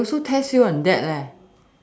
they also test you on that leh